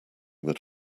that